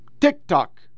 TikTok